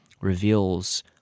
reveals